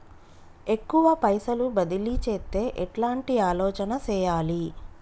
ఎక్కువ పైసలు బదిలీ చేత్తే ఎట్లాంటి ఆలోచన సేయాలి?